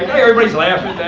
everybody's laughing